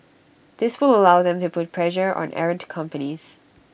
this will allow them to put pressure on errant companies